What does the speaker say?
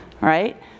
right